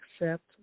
accept